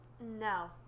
No